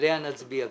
עליה נצביע.